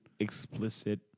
Explicit